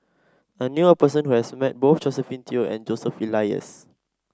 I knew a person who has met both Josephine Teo and Joseph Elias